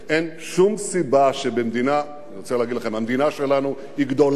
אני רוצה להגיד לכם, המדינה שלנו היא גדולה,